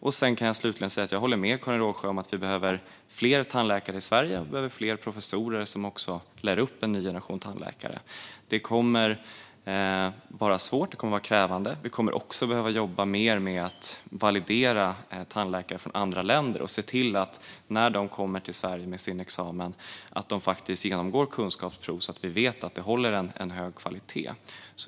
Slutligen kan jag säga att jag håller med Karin Rågsjö om att vi behöver fler tandläkare i Sverige. Vi behöver också fler professorer som lär upp en ny generation tandläkare. Det kommer att vara svårt, och det kommer att vara krävande. Vi kommer också att behöva jobba mer med att validera tandläkare från andra länder och se till att de genomgår kunskapsprov när de kommer till Sverige med sin examen så att vi vet att de håller en hög kvalitet.